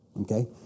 okay